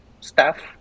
staff